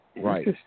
Right